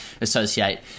associate